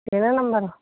ਤੇਰ੍ਹਾਂ ਨੰਬਰ